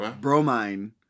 Bromine